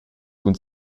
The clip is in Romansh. cun